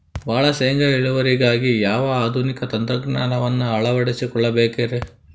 ಭಾಳ ಶೇಂಗಾ ಇಳುವರಿಗಾಗಿ ಯಾವ ಆಧುನಿಕ ತಂತ್ರಜ್ಞಾನವನ್ನ ಅಳವಡಿಸಿಕೊಳ್ಳಬೇಕರೇ?